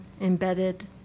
embedded